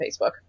facebook